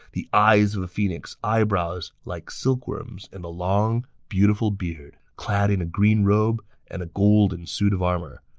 the eyes of a phoenix, eyebrows like silkworms, and a long, beautiful beard, clad in a green robe and a golden suit of armor.